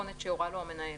במתכונת שהורה לו המנהל,